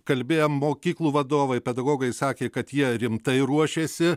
kalbėjom mokyklų vadovai pedagogai sakė kad jie rimtai ruošėsi